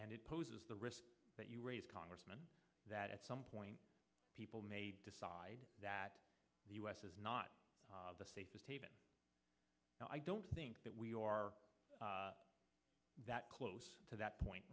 and it poses the risk that you raise congressman that at some point people may decide that the u s is not the safest no i don't think that we are that close to that point